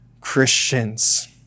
Christians